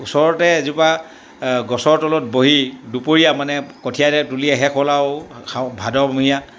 ওচৰতে এজোপা গছৰ তলত বহি দুপৰীয়া মানে কঠীয়া দে তুলি শেষ হ'ল আৰু শাওণ ভাদমহীয়া